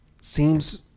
seems